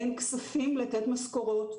אין כספים לתת משכורות,